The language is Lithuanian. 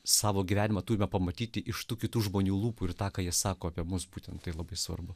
savo gyvenimą turime pamatyti iš tų kitų žmonių lūpų ir tą ką jie sako apie mus būtent tai labai svarbu